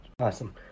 awesome